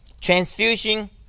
transfusion